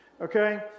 okay